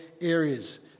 areas